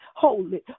holy